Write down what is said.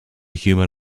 human